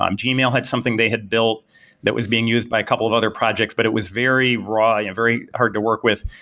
um gmail had something they had built that was being used by couple of other projects, but it was very raw, and very hard to work with.